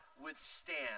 withstand